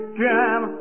jam